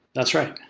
that's right.